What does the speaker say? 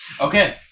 Okay